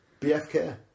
BFK